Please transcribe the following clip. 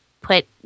put